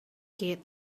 kid